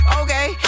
okay